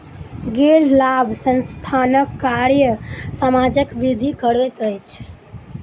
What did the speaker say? गैर लाभ संस्थानक कार्य समाजक वृद्धि करैत अछि